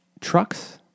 trucks